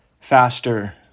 faster